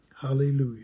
hallelujah